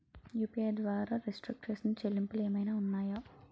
UPI ద్వారా restrict చేసిన చెల్లింపులు ఏమైనా ఉన్నాయా?